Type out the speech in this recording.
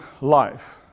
life